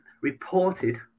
reported